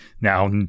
now